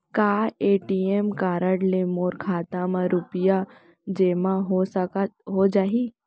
का ATM card ले मोर खाता म रुपिया जेमा हो जाही?